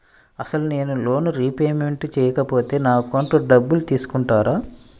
అసలు నేనూ loan repayment చేయకపోతే నా అకౌంట్లో డబ్బులు తీసుకుంటారా?